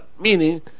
meaning